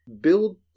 build